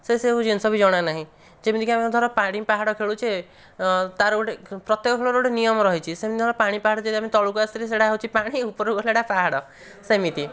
ସେ ସବୁ ଜିନିଷ ବି ଜଣାନାହିଁ ଯେମିତିକି ଆମେ ଧର ପାଣିପାହାଡ଼ ଖେଳୁଛେ ତାର ଗୋଟିଏ ପ୍ରତ୍ୟେକ ଖେଳର ଗୋଟିଏ ନିୟମ ରହିଛି ସେମିତି ଧର ପାଣିପାହାଡ଼ ଯଦି ଆମେ ତଳକୁ ଆସିଲେ ପାଣି ଉପରକୁ ଗଲେ ସେଇଟା ପାହାଡ଼ ସେମିତି